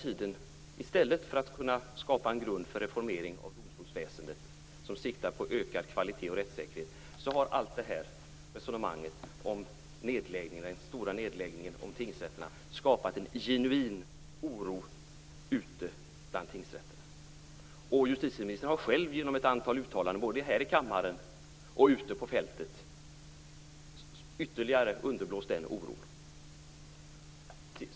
I stället för att kunna skapa en grund för reformering av domstolsväsendet som syftar till ökad kvalitet och rättssäkerhet, har allt resonemang om den stora nedläggningen av tingsrätter skapat en genuin oro ute bland tingsrätterna. Justitieministern har själv genom ett antal uttalanden både här i kammaren och ute på fältet ytterligare underblåst oron.